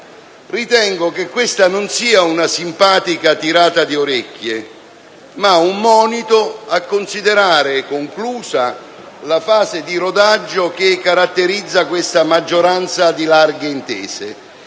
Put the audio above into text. ritengo che questa non sia una simpatica tirata di orecchie, ma un monito a considerare conclusa la fase di rodaggio che caratterizza questa maggioranza di larghe intese,